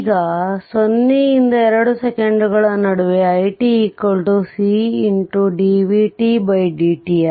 ಈಗ 0 ರಿಂದ 2 ಸೆಕೆಂಡುಗಳ ನಡುವೆ it c x dvt dt